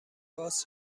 باز